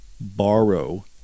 borrow